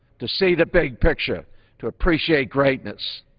to see the big picture to appreciate greatness.